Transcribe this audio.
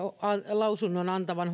lausunnon antavan